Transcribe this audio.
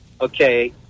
okay –